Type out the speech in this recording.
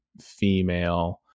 female